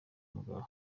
mugabo